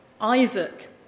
Isaac